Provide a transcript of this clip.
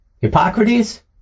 Hippocrates